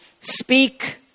speak